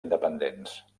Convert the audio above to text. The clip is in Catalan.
independents